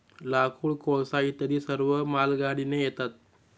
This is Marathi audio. लाकूड, कोळसा इत्यादी सर्व मालगाडीने येतात